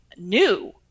new